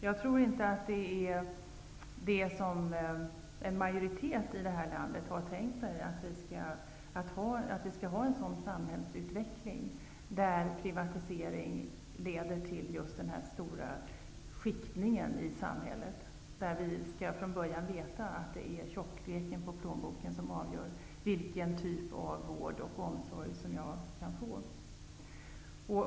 Jag tror inte att en majoritet i landet har tänkt sig att vi skall ha en samhällsutveckling där privatisering leder till en stor skiktning, att vi från början skall veta att tjockleken på plånboken avgör vilken typ av vård och omsorg man kan få.